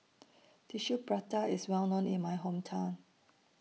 Tissue Prata IS Well known in My Hometown